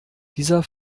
dieser